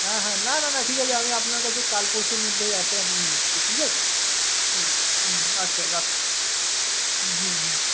হ্যাঁ হ্যাঁ না না না ঠিক আছে আমি আপনার কাছে কাল পরশুর মধ্যেই আসছি আমি নিয়ে নিচ্ছি ঠিক আছে হুম হুমআচ্ছা রাখুন হুম হুম হুম